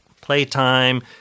playtime